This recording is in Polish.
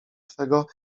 twego